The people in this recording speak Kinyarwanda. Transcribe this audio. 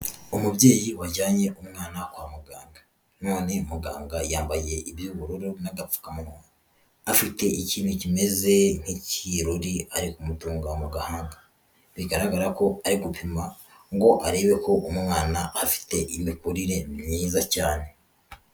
Umubyeyi wajyanye umwana kwa muganga none muganga yambaye iby'ubururu n'agapfukamunwa, afite ikintu kimeze nk'ikirori ari kumutunga mu gangahanga, bigaragara ko ari gupima ngo arebe ko umwana afite imikurire myiza cyane.